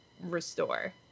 restore